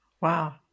Wow